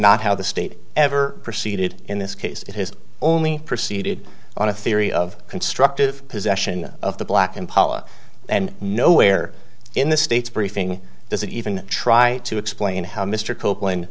not how the state ever proceeded in this case it has only proceeded on a theory of constructive possession of the black impala and nowhere in the state's briefing doesn't even try to explain how mr copeland